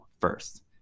first